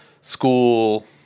school